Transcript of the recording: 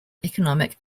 economic